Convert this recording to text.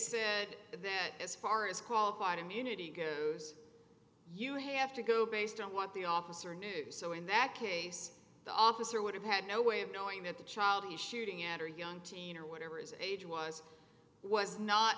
said that as far as qualified immunity goes you have to go based on what the officer knew so in that case the officer would have had no way of knowing that the child is shooting at a young teen or whatever his age was was not